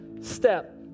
step